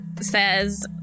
says